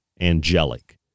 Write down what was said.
angelic